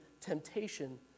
temptation